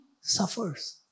suffers